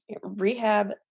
rehab